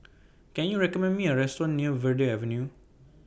Can YOU recommend Me A Restaurant near Verde Avenue